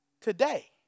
Today